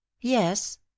yes